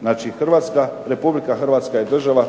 Znači Republika Hrvatska je država,